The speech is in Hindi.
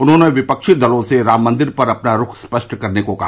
उन्होंने विपक्षी दलों से मंदिर पर अपना रूख स्पष्ट करने को कहा